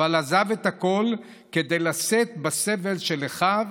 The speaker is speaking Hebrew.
אבל עזב את הכול כדי לשאת בסבל של אחיו,